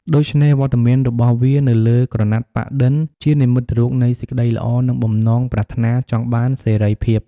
ដូច្នេះ វត្តមានរបស់វានៅលើក្រណាត់ប៉ាក់-ឌិន ជានិមិត្តរូបនៃសេចក្តីល្អ និងបំណងប្រាថ្នាចង់បានសេរីភាព។